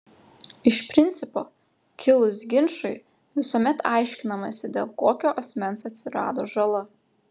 iš principo kilus ginčui visuomet aiškinamasi dėl kokio asmens atsirado žala